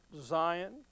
Zion